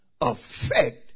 affect